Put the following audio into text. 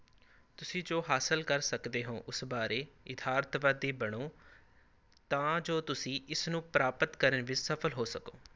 ਤੁਸੀਂ ਜੋ ਹਾਸਲ ਕਰ ਸਕਦੇ ਹੋ ਉਸ ਬਾਰੇ ਯਥਾਰਥਵਾਦੀ ਬਣੋ ਤਾਂ ਜੋ ਤੁਸੀਂ ਇਸ ਨੂੰ ਪ੍ਰਾਪਤ ਕਰਨ ਵਿੱਚ ਸਫ਼ਲ ਹੋ ਸਕੋ